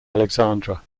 alexandra